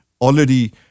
already